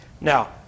Now